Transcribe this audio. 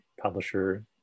publisher